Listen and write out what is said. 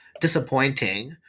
disappointing